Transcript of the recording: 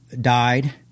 died –